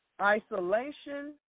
isolation